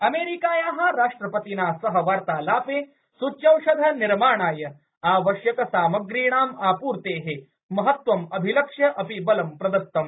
अमेरिकायाः राष्ट्रपतिना सह वार्तालापे सूच्यौषधनिर्माणाय आवश्यकसामग्रीणाम् आपूर्तेः महत्त्वम् अभिलक्ष्य अपि बलं प्रदत्तम्